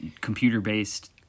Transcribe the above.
computer-based